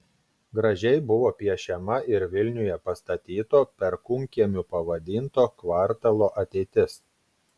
gražiai buvo piešiama ir vilniuje pastatyto perkūnkiemiu pavadinto kvartalo ateitis